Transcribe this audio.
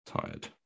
Tired